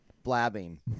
Blabbing